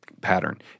pattern